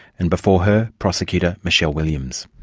and before her, prosecutor, michele williams.